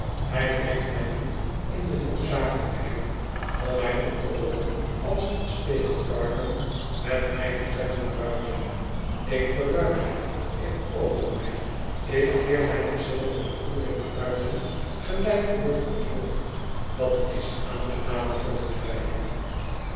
hij brengt mij niet in de noodzakelijkheid om mij op te rollen als een stekelvarken met mijne pennen naar buiten ik verruim mij ik open mij ik keer mijne zilveren voering naar buiten gelijk milton's wolk dat is aangenamer voor ons beiden